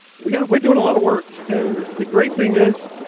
we're we're doing a lot of work. and the great thing is,